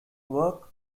work